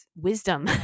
wisdom